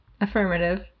affirmative